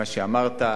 מה שאמרת,